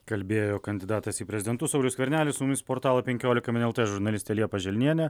kalbėjo kandidatas į prezidentus saulius skvernelis su mumis portalo penkiolika min lt žurnalistė liepa želnienė